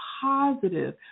positive